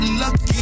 lucky